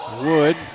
Wood